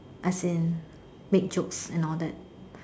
as in make jokes and all that